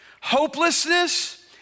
hopelessness